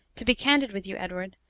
to be candid with you, edward,